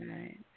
Right